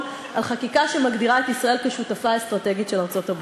על חקיקה שמגדירה את ישראל כשותפה אסטרטגית של ארצות-הברית.